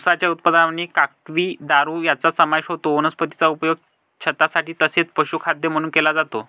उसाच्या उत्पादनामध्ये काकवी, दारू यांचा समावेश होतो वनस्पतीचा उपयोग छतासाठी तसेच पशुखाद्य म्हणून केला जातो